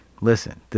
Listen